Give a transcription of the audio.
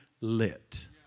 lit